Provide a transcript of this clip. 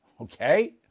Okay